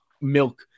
milk